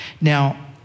Now